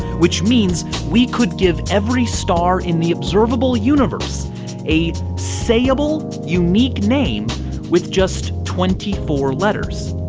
which means we could give every star in the observable universe a sayable unique name with just twenty four letters,